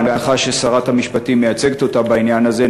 בהנחה ששרת המשפטים מייצגת אותה בעניין הזה,